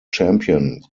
champion